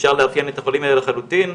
שאפשר לאפיין את החולים האלה לחלוטין,